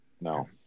no